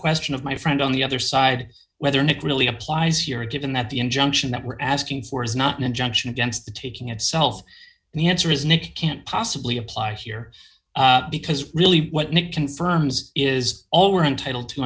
question of my friend on the other side whether nick really applies here and given that the injunction that we're asking for is not an injunction against the taking itself the answer is nic can't possibly apply here because really what it confirms is all we're entitled to